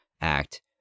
act